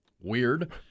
weird